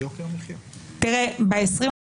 ב-20 ביוני